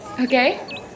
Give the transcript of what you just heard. Okay